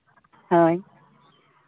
ᱦᱳᱭ